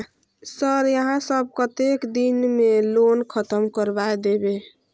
Sir यहाँ सब कतेक दिन में लोन खत्म करबाए देबे?